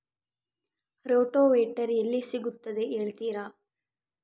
Rotavator ಎಲ್ಲಿ ಸಿಗುತ್ತದೆ ಹೇಳ್ತೇರಾ?